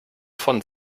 von